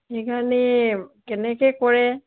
সেইকাৰণে কেনেকৈ কৰে